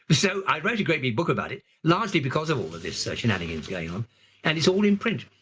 but so i wrote a great big book about it largely because of all of this so shenanigans going on and it's all in print.